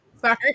Sorry